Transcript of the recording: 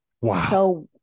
Wow